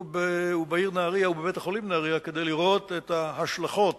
בעיר נהרייה ובבית-החולים נהרייה כדי לראות את התרגול